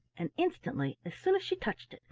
and instantly, as soon as she touched it,